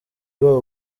babo